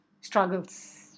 struggles